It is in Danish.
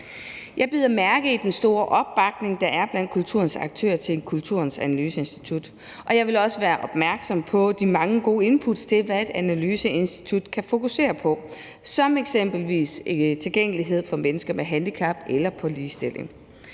Jeg bider mærke i den store opbakning, der er blandt kulturens aktører, til Kulturens Analyseinstitut, og jeg vil også være opmærksom på de mange gode input til, hvad et analyseinstitut kan fokusere på, som eksempelvis tilgængelighed for mennesker med handicap eller i forhold til ligestilling.